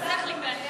אין שר במליאה.